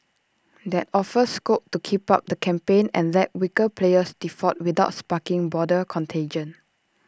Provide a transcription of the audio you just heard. that offers scope to keep up the campaign and let weaker players default without sparking boarder contagion